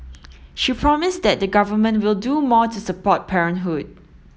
she promised that the Government will do more to support parenthood